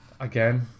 Again